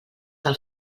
del